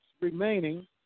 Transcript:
remaining